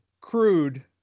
crude